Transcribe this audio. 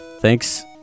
thanks